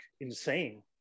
insane